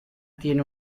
tiene